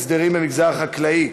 במגזר החקלאי